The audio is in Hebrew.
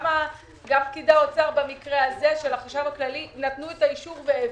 גם פקידי האוצר במקרה הזה של החשב הכללי נתנו את האישור והעבירו.